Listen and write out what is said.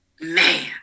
Man